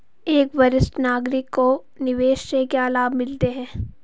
एक वरिष्ठ नागरिक को निवेश से क्या लाभ मिलते हैं?